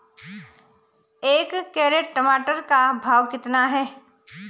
एक कैरेट टमाटर का भाव कितना है?